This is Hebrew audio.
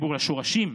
חיבור לשורשים,